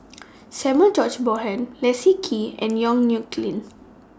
Samuel George Bonham Leslie Kee and Yong Nyuk Lin